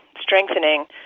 strengthening